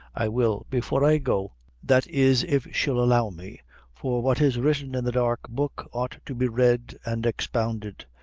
i will, before i go that is if she'll allow me for what is written in the dark book ought to be read and expounded.